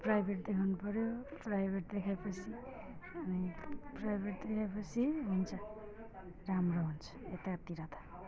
private देखाउनु पऱ्यो private देखायोपछि अनि प्राइभेट देखाएपछि हुन्छ राम्रो हुन्छ यतातिर त